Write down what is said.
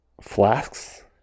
flasks